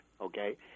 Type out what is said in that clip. Okay